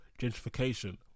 gentrification